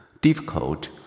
difficult